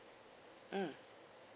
mm